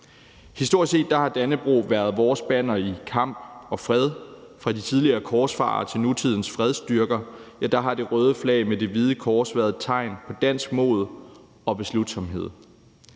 Historisk set har Dannebrog været vores banner i kamp og fred, og fra de tidligere korsfarere til nutidens fredsdyrkere har det røde flag med det hvide kors været et tegn på dansk mod og beslutsomhed.